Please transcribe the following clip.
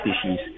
species